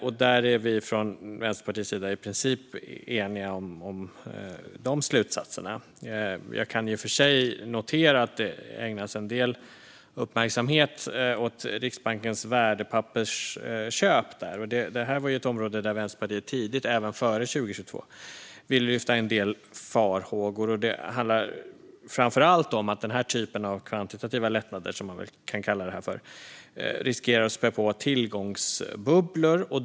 Vänsterpartiet är i princip eniga när det gäller slutsatserna. Jag kan i och för sig notera att Riksbankens värdepappersköp ägnas en del uppmärksamhet. Det är ett område som Vänsterpartiet tidigt, även före 2022, ville lyfta upp en del farhågor kring. Det handlade framför allt om att den typen av kvantitativa lättnader, som man väl kan kalla det, riskerar att spä på tillgångsbubblor.